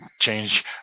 change